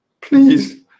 please